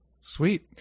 Sweet